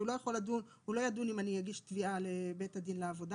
שהוא לא יכול לדון והוא לא ידון אם אני אגיש תביעה לבית הדין לעבודה,